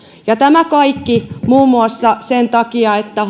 tämä kaikki muun muassa sen takia että